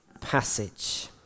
passage